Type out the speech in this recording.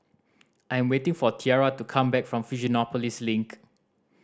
I am waiting for Tiara to come back from Fusionopolis Link